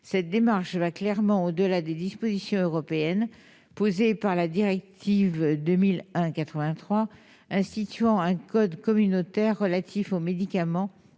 Cette démarche va clairement au-delà des dispositions de la directive 2001/83/CE instituant un code communautaire relatif aux médicaments